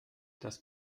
das